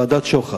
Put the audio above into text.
ועדת-שוחט.